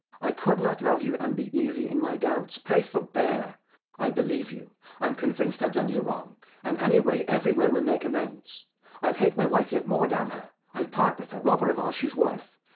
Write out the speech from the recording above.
i could not love you and be easy in my doubts. pray forbear i believe you i'm convinced i've done you wrong and any way, every way will make amends i'll hate my wife yet more, damn her, i'll part with her, rob her of all she's worth,